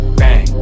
bang